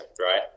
right